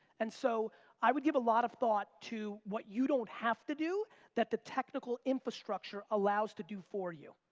and so i would give a lot of thought to what you don't have to do that the technical infrastructure allows to do for you.